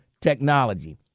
technology